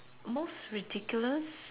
most ridiculous